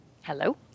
Hello